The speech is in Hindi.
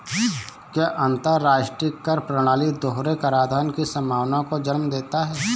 क्या अंतर्राष्ट्रीय कर प्रणाली दोहरे कराधान की संभावना को जन्म देता है?